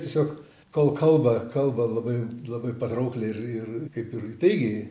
tiesiog kol kalba kalba labai labai patraukliai ir ir kaip ir įtaigiai